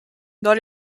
dans